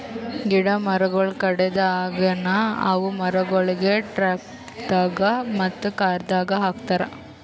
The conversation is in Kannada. ಗಿಡ ಮರಗೊಳ್ ಕಡೆದ್ ಆಗನ ಅವು ಮರಗೊಳಿಗ್ ಟ್ರಕ್ದಾಗ್ ಮತ್ತ ಕಾರದಾಗ್ ಹಾಕತಾರ್